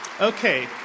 Okay